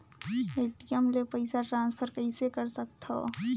ATM ले पईसा transfer कइसे कर सकथव?